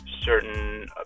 certain